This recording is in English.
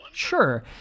Sure